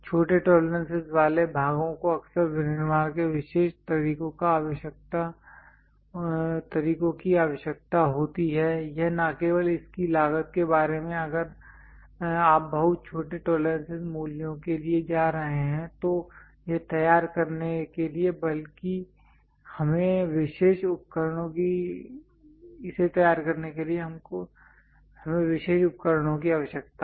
छोटे टॉलरेंसेस वाले भागों को अक्सर विनिर्माण के विशेष तरीकों की आवश्यकता होती है यह न केवल इसकी लागत के बारे में अगर आप बहुत छोटे टॉलरेंसेस मूल्यों के लिए जा रहे हैं तो यह तैयार करने के लिए बल्कि हमें विशेष उपकरणों की आवश्यकता है